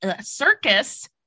circus